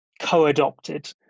co-adopted